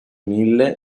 mille